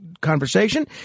conversation